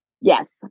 Yes